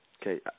Okay